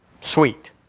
sweet